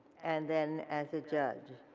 and then as a judge.